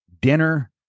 dinner